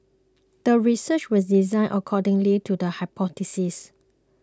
the research was designed according lead to the hypothesis